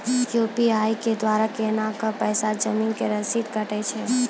UPI के द्वारा केना कऽ पैसा जमीन के रसीद कटैय छै?